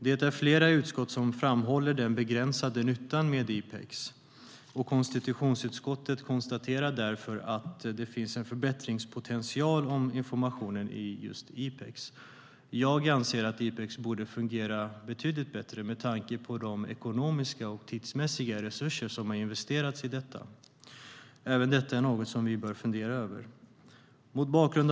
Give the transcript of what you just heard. Det är flera utskott som framhåller den begränsade nyttan med IPEX. Konstitutionsutskottet konstaterar därför att det finns en förbättringspotential i fråga om informationen i IPEX. Jag anser att IPEX borde fungera betydligt bättre med tanke på de ekonomiska och tidsmässiga resurser som investerats. Även detta är något som vi bör fundera över. Herr talman!